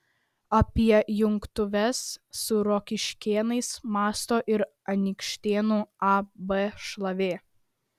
apie jungtuves su rokiškėnais mąsto ir anykštėnų ab šlavė